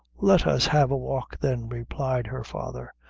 let us have a walk, then, replied her father.